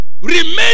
Remain